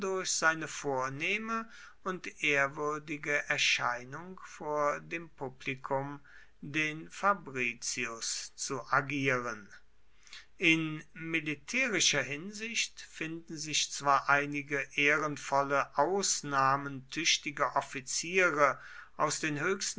seine vornehme und ehrwürdige erscheinung vor dem publikum den fabricius zu agieren in militärischer hinsicht finden sich zwar einige ehrenvolle ausnahmen tüchtiger offiziere aus den höchsten